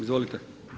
Izvolite.